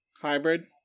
hybrid